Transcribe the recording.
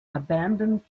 abandoned